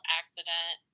accident